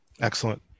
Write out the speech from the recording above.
Excellent